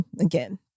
again